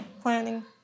planning